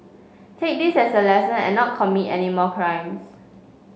take this as a lesson and not commit any more crimes